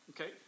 okay